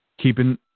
keeping